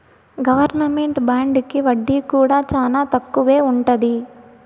government బాండుకి వడ్డీ కూడా చానా తక్కువే ఉంటది